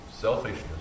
Selfishness